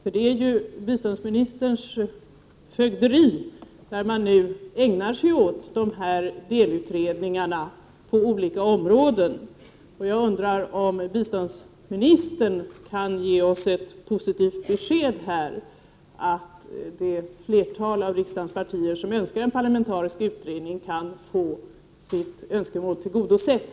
Detta är ju biståndsministerns fögderi, | eftersom man nu ägnar sig åt dessa delutredningar på olika områden. Jag undrar om biståndsministern kan ge oss ett positivt besked här om att flertalet av riksdagens partier kan få sitt önskemål om en parlamentarisk utredning tillgodosett.